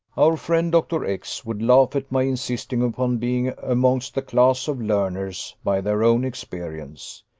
our friend, dr. x, would laugh at my insisting upon being amongst the class of learners by their own experience.